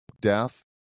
death